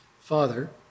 Father